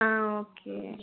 ആ ഓക്കെ